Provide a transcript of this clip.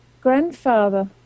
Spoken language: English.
grandfather